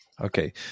okay